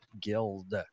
guild